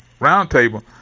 roundtable